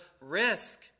risk